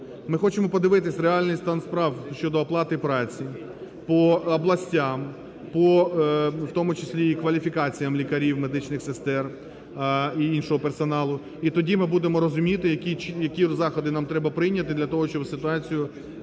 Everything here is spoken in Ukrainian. ми хочемо подивитись реальний стан справ щодо оплати праці по областям, по в тому числі і кваліфікаціям лікарів, медичних сестер і іншого персоналу. І тоді ми будемо розуміти, які заходи нам треба прийняти для того, щоб ситуацію в кращий